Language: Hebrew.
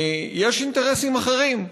יש אינטרסים אחרים,